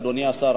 אדוני השר,